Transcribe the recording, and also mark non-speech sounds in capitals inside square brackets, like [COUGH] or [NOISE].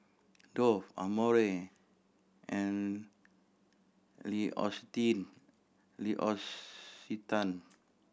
Dove Amore and Lee [UNINTELLIGIBLE] L'Occitane